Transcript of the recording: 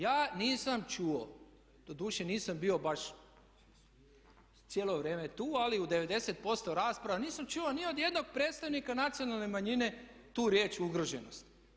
Ja nisam čuo, doduše nisam bio baš cijelo vrijeme tu, ali u 90% rasprava nisam čuo ni od jednog predstavnika nacionalne manjine tu riječ ugroženost.